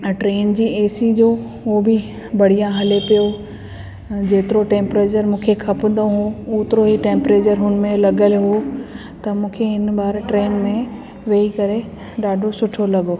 ऐं ट्रेन जी A C जो हो बि बढ़िया हले पियो जेतिरो टैंपरेचर मूंखे खपंदो हो ओतिरो ई टैंपरेचर हुन में लॻियल हो त मूंखे हिन बार ट्रेन में वेही करे ॾाढो सुठो लॻो